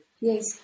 Yes